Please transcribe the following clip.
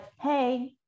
hey